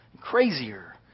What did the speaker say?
crazier